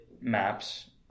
maps